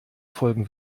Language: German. folgen